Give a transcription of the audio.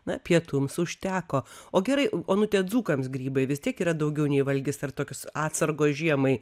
na pietums užteko o gerai onute dzūkams grybai vis tiek yra daugiau nei valgis ar tokios atsargos žiemai